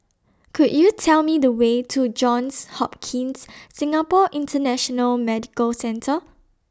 Could YOU Tell Me The Way to Johns Hopkins Singapore International Medical Centre